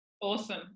Awesome